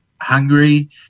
hungry